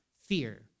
fear